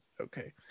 Okay